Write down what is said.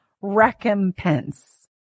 Recompense